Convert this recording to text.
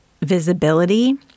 visibility